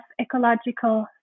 ecological